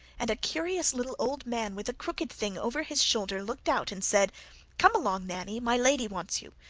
and a curious little old man, with a crooked thing over his shoulder, looked out, and said come along, nanny my lady wants you.